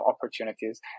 opportunities